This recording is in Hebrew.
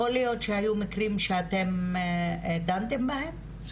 יכול להיות שהיו מקרים שאתם דנתם בהם?